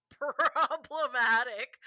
problematic